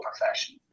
profession